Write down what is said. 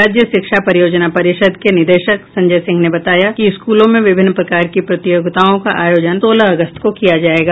राज्य शिक्षा परियोजना परिषद के निदेशक संजय सिंह ने बताया कि स्कूलों में विभिन्न प्रकार की प्रतियोगिताओं का आयोजन सोलह अगस्त को किया जायेगा